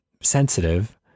sensitive